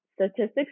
statistics